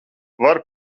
vari